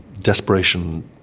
desperation